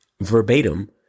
verbatim